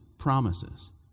promises